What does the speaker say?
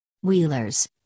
wheelers